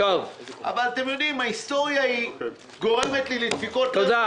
אבל ההיסטוריה גורמת לי לדפיקות לב מואצות,